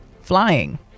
flying